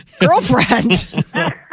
Girlfriend